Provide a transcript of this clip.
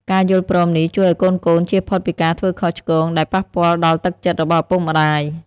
ការយល់ព្រមនេះជួយឱ្យកូនៗចៀសផុតពីការធ្វើខុសឆ្គង ដែលប៉ះពាល់ដល់ទឹកចិត្តរបស់ឪពុកម្ដាយ។